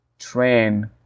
train